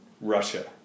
Russia